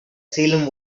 salem